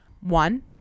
One